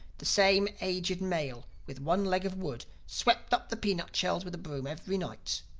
the same aged male with one leg of wood, swept up the peanut-shells with a broom every night.